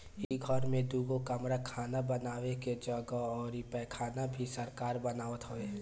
इ घर में दुगो कमरा खाना बानवे के जगह अउरी पैखाना भी सरकार बनवावत हवे